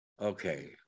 Okay